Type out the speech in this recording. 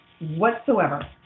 whatsoever